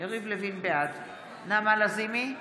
בעד נעמה לזימי,